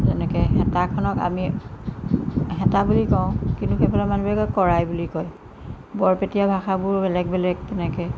তেনেকৈ হেতাখনক আমি হেতা বুলি কওঁ কিন্তু সেইফালৰ মানুহবোৰে কয় কৰাই বুলি কয় বৰপেটীয়া ভাষাবোৰো বেলেগ বেলেগ তেনেকৈ